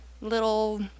little